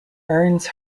earns